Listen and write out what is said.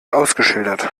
ausgeschildert